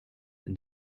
and